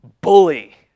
bully